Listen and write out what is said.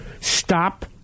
Stop